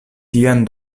tian